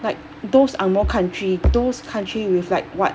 like those angmoh country those country with like what